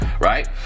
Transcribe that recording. Right